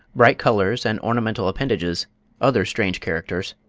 bright colours and ornamental appendages other strange characters